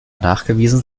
nachgewiesen